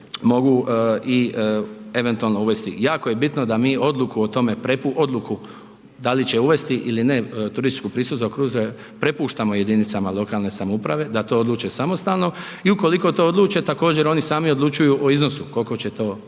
mogu i eventualno uvesti. Jako je bitno da mi odluku o tome, odluku da li će uvesti ili ne turističku pristojbu za kruzere prepuštamo jedinicama lokalne samouprave da to odluče samostalno i ukoliko to odluče također oni sami odlučuju o iznosu kolko će to, taj